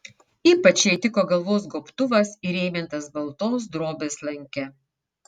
ypač jai tiko galvos gobtuvas įrėmintas baltos drobės lanke